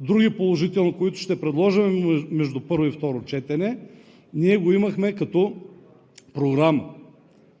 други положителни, които ще предложим между първо и второ четене, ние ги имахме като програма.